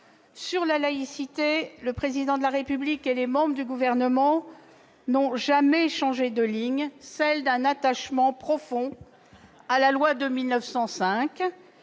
sur la laïcité, le Président de la République et les membres du Gouvernement n'ont jamais changé de ligne, celle d'un attachement profond à la loi de 1905,